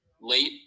late